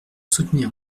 soutenir